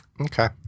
Okay